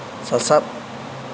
ᱥᱟᱥᱟᱵ